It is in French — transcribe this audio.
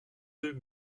deux